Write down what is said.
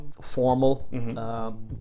formal